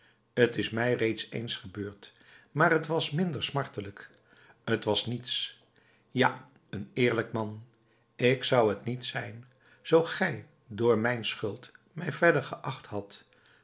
t is mij reeds eens gebeurd maar het was minder smartelijk t was niets ja een eerlijk man ik zou het niet zijn zoo gij door mijn schuld mij verder geacht hadt